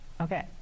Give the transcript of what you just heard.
Okay